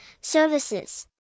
services